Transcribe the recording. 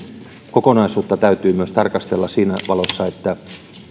kokonaisuutta täytyy myös tarkastella siinä valossa että